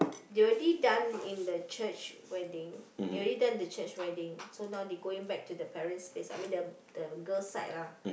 they already done in the church wedding they already done in the church wedding so now they going back to the parent's place I mean the the girl's side lah